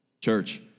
Church